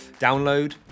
download